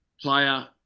player